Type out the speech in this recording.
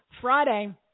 Friday